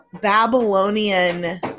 Babylonian